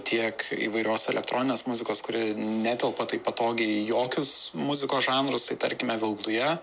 tiek įvairios elektroninės muzikos kuri netelpa taip patogiai į jokius muzikos žanrus tai tarkime vilduja